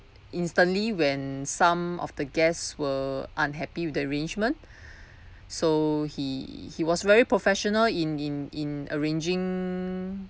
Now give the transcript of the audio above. instantly when some of the guests were unhappy with the arrangement so he he was very professional in in in arranging